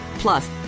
Plus